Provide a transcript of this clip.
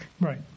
Right